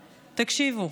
תקשיבו: